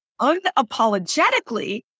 unapologetically